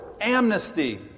Amnesty